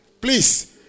Please